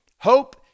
Hope